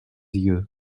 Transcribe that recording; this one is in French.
yeux